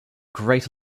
great